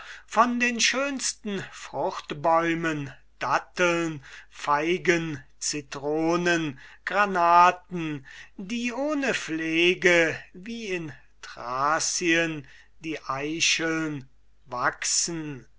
von den schönsten fruchtbäumen datteln feigen zitronen granaten die ohne pflege wie in thracien die eicheln wachsen